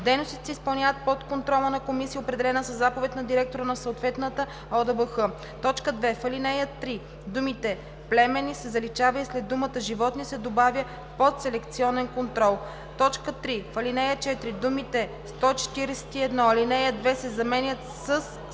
Дейностите се изпълняват под контрола на комисия, определена със заповед на директора на съответната ОДБХ.“ 2. В ал. 3 думата „племенни“ се заличава и след думата „животни“ се добавя „под селекционен контрол“. 3. В ал. 4 думите „141, ал. 2“ се заменят със